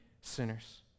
sinners